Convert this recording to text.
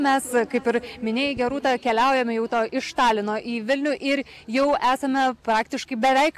mes kaip ir minėjai gerūta keliaujam jau to iš talino į vilnių ir jau esame praktiškai beveik